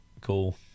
Cool